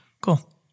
Cool